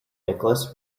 nicholas